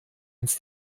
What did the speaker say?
ins